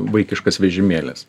vaikiškas vežimėlis